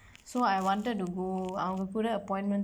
so I wanted to go அவங்க கூட:avangka kuuda appointment